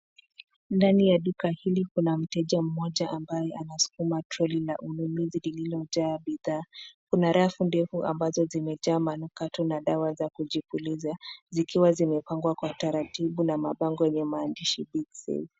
Ndani ya duka hili, kuna mteja mmoja ambaye anasukuma toroli la ununuzi lililojaa bidhaa. Kuna rafu ndefu ambazo zimejaa manukato na dawa za kujipuliza zikiwa zimepangwa kwa utaratibu na mabango yenye maandishi big sale .